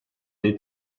dei